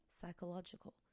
psychological